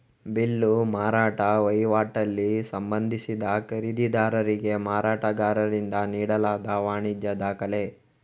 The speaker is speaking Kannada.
ಬಿಲ್ಲು ಮಾರಾಟ ವೈವಾಟಲ್ಲಿ ಸಂಬಂಧಿಸಿದ ಖರೀದಿದಾರರಿಗೆ ಮಾರಾಟಗಾರರಿಂದ ನೀಡಲಾದ ವಾಣಿಜ್ಯ ದಾಖಲೆ